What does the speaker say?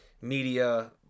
media